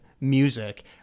music